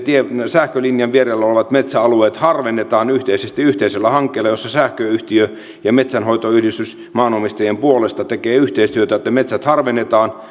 sähkölinjan vierellä olevat metsäalueet harvennetaan yhteisesti yhteisellä hankkeella jossa sähköyhtiö ja metsänhoitoyhdistys maanomistajien puolesta tekevät yhteistyötä että metsät harvennetaan